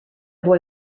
boy